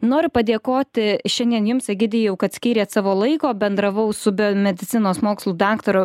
noriu padėkoti šiandien jums egidijau kad skyrėt savo laiko bendravau su biomedicinos mokslų daktaru